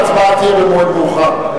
וההצבעה תהיה במועד מאוחר.